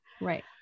right